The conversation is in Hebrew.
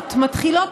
מתחילות,